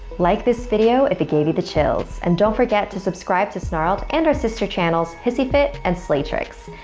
like this video if it gave you the chills. and don't forget to subscribe to snarled and our sister channels, hissy fit and slay tricks.